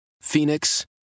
Phoenix